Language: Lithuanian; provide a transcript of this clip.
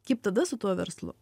kaip tada su tuo verslu